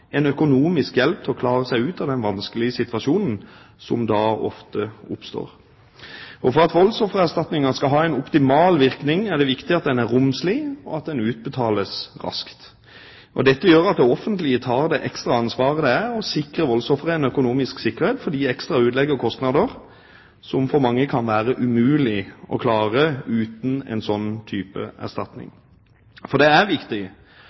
en økonomisk hjelp til å klare seg ut av den vanskelige situasjonen som da ofte oppstår. For at voldsoffererstatninga skal ha en optimal virkning, er det viktig at den er romslig og at den utbetales raskt. Det offentlige tar det ekstra ansvaret det er å sikre voldsofrene økonomisk sikkerhet for ekstra utlegg og kostnader, som for mange kan være umulig å klare uten en slik erstatning. Det er viktig